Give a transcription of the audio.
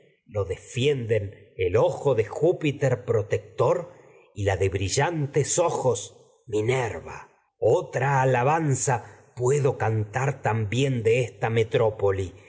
lo defienden el ojo de júpiter protector y la brillantes ojos minerva otra alabanza puedo cantar y que también de esta metrópoli